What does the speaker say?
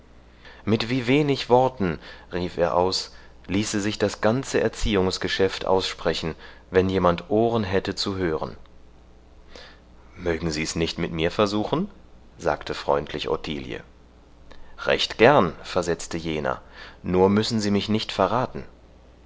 mit wie wenig worten rief er aus ließe sich das ganze erziehungsgeschäft aussprechen wenn jemand ohren hätte zu hören mögen sie es nicht mit mir versuchen sagte freundlich ottilie recht gern versetzte jener nur müssen sie mich nicht verraten